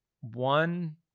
one